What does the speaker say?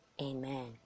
Amen